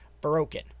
broken